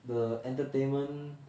the entertainment